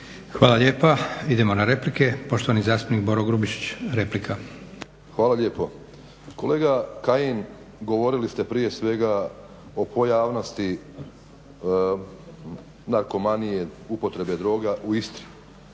Hvala lijepa. Idemo na replike. Poštovani zastupnik Boro Grubišić, replika. **Grubišić, Boro (HDSSB)** Hvala lijepo. Kolega Kajin govorili ste prije svega o pojavnosti narkomanije, upotrebe droga u Istri.